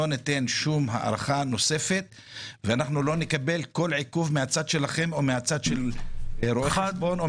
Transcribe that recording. לא ניתן הארכה נוספת ולא נקבל כל עיכוב מצדכם או מהצד של רואי חשבון.